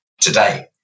today